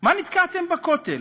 מה נתקעתם בכותל?